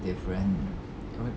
different what